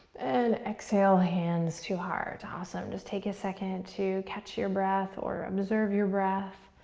and exhale, hands to heart. awesome. just take a second to catch your breath, or observe your breath.